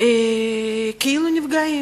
כאילו נפגעים,